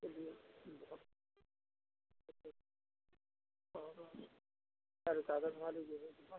चलिए ठीक है और सारे कागज़ लीजिएगा